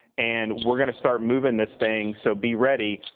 and we're going to start moving this thing, so be ready.